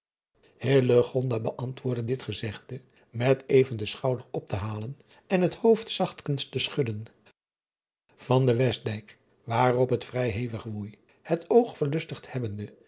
beantwoordde dit gezegde met even den schouder op te halen en het hoofd zachtkens te schudden an den estdijk waarop het vrij hevig woei het oog verlustigd hebbende